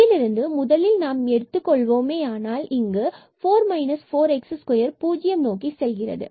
இதிலிருந்து முதலில் நாம் எடுத்துக் கொள்வோமேயானால் இங்கு 4 4 x2 பூஜ்ஜியம் நோக்கி செல்கிறது